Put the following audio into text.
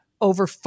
over